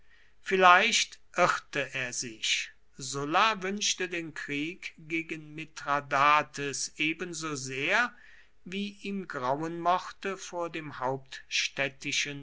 vielleicht irrte er sich sulla wünschte den krieg gegen mithradates ebensosehr wie ihm grauen mochte vor dem